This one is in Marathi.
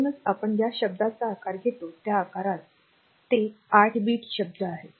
म्हणूनच आपण ज्या शब्दाचा आकार घेतो त्या आकारात ते आठ बिट शब्द आहेत